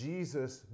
Jesus